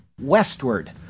westward